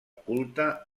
culte